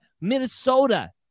Minnesota